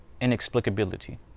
inexplicability